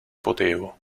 potevo